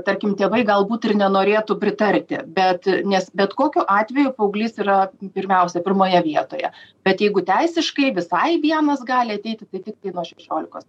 tarkim tėvai galbūt ir nenorėtų pritarti bet nes bet kokiu atveju paauglys yra pirmiausia pirmoje vietoje bet jeigu teisiškai visai vienas gali ateiti tai tiktai nuo šešiolikos